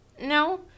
No